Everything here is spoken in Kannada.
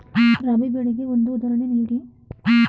ರಾಬಿ ಬೆಳೆಗೆ ಒಂದು ಉದಾಹರಣೆ ನೀಡಿ